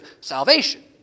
salvation